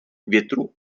větru